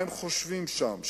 מה הם חושבים שם?